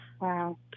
Wow